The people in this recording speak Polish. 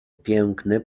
piękny